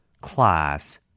class